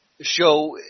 show